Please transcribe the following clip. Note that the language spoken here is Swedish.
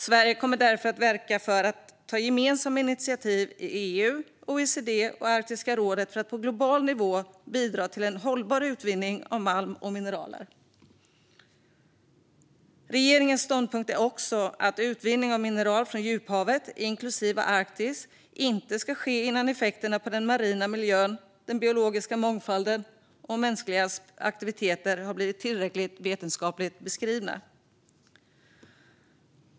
Sverige kommer därför att verka för att ta gemensamma initiativ i EU, OECD och Arktiska rådet för att på global nivå bidra till en hållbar utvinning av malm och mineraler. Regeringens ståndpunkt är också att utvinningen av mineral från djuphavet, inklusive Arktis, inte ska ske innan effekterna på den marina miljön, den biologiska mångfalden och mänskliga aktiviteter har blivit tillräckligt vetenskapligt beskrivna.